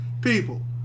people